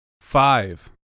five